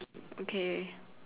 okay